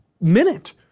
minute